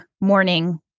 morning